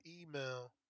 email